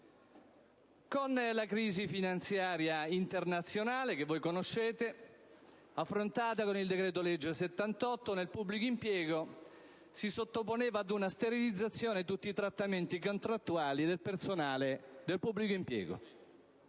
Con la crisi finanziaria internazionale che voi conoscete, affrontata con il decreto-legge n. 78 del 2010, nel pubblico impiego si sottoponevano ad una sterilizzazione tutti i trattamenti contrattuali del personale del pubblico impiego.